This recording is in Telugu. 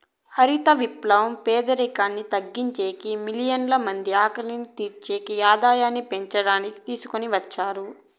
హరిత విప్లవం పేదరికాన్ని తగ్గించేకి, మిలియన్ల మంది ఆకలిని తీర్చి ఆదాయాన్ని పెంచడానికి తీసుకొని వచ్చారు